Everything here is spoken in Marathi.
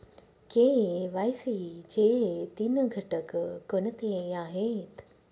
के.वाय.सी चे तीन घटक कोणते आहेत?